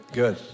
good